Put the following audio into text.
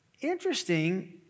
Interesting